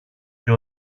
και